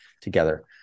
together